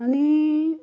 आनी